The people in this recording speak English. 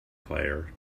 player